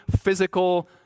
physical